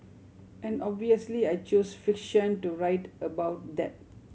and obviously I choose fiction to write about that